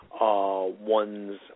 one's